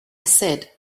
said